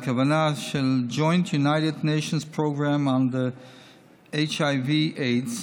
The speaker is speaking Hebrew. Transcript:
Joint United Nations Program on the HIV/AIDS ,